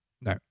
No